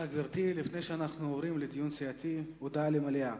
לפני שאנחנו עוברים לדיון סיעתי, הודעה למליאה.